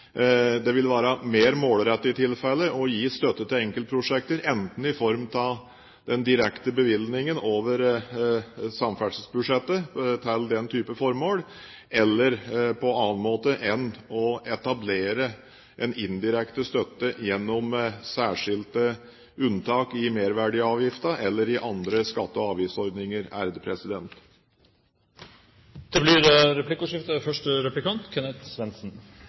i form av den direkte bevilgningen over samferdselsbudsjettet til den type formål eller på annen måte, enn å etablere en indirekte støtte gjennom særskilte unntak i merverdiavgiften eller i andre skatte- og avgiftsordninger. Det blir replikkordskifte.